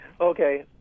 Okay